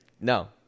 no